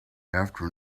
after